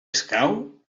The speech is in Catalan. escau